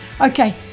Okay